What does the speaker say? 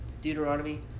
Deuteronomy